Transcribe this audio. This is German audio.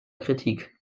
kritik